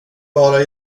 bara